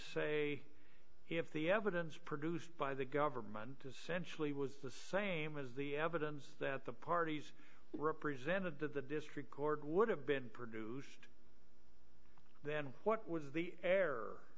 say if the evidence produced by the government essentially was the same as the evidence that the parties represented that the district court would have been produced then what was the